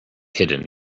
hidden